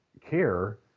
care